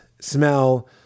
smell